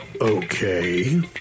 okay